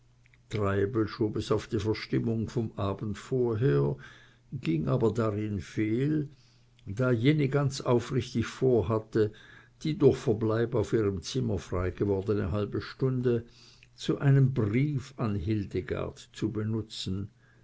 treibel schob es auf die verstimmung vom abend vorher ging aber darin fehl da jenny ganz aufrichtig vorhatte die durch verbleib auf ihrem zimmer frei gewordene halbe stunde zu einem briefe an hildegard zu benutzen